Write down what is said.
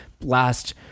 last